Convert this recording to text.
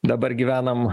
dabar gyvenam